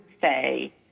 say